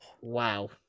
Wow